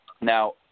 Now